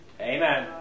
Amen